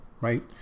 right